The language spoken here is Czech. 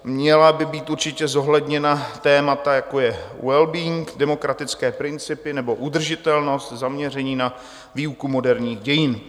Měla by být určitě zohledněna témata, jako je wellbeing, demokratické principy nebo udržitelnost, zaměření na výuku moderních dějin.